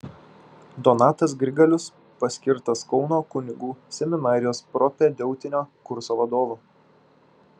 donatas grigalius paskirtas kauno kunigų seminarijos propedeutinio kurso vadovu